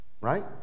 right